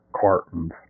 cartons